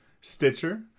Stitcher